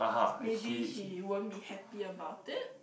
maybe he won't be happy about it